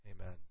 Amen